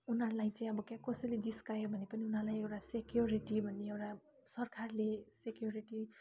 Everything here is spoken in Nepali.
उनीहरूलाई चाहिँ अब क्या कसैले जिस्कायो भने पनि उनीहरूलाई एउटा सिक्योरिटी भन्ने एउटा सरकारले सिक्योरिटी